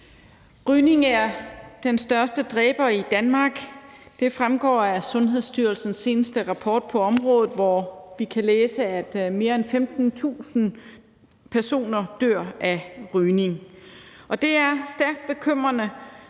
Rygning er den største dræber i Danmark. Det fremgår af Sundhedsstyrelsens seneste rapport på området, hvor vi kan læse, at mere end 15.000 personer dør af rygning. Det er stærkt bekymrende,